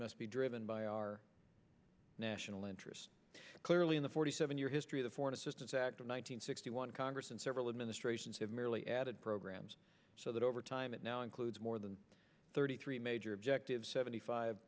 must be driven by our national interest clearly in the forty seven year history of the foreign assistance act of one nine hundred sixty one congress and several administrations have merely added programs so that over time it now includes more than thirty three major objectives seventy five